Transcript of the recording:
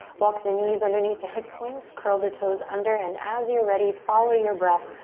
walk the knees underneath the hip points, curl the toes under and as you're ready, follow your breath,